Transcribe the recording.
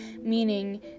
meaning